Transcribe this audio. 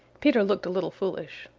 peter looked a little foolish.